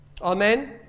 Amen